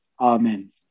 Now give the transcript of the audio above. Amen